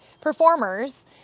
performers